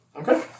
Okay